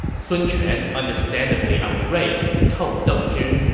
sun quan, understandably irate, told deng zhi,